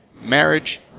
Marriage